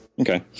okay